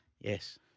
Yes